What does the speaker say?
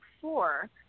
four